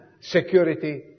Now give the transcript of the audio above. security